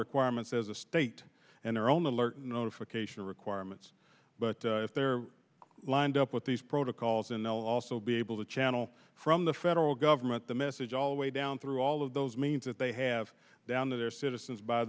requirements as a state and their own alert notification requirements but if they're lined up with these protocols and i'll also be able to channel from the federal government the message all the way down through all of those means that they have down their citizens by